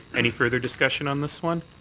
any further discussion on this one?